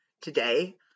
today